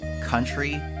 Country